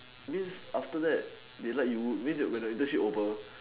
I mean after that they like you means that when your internship over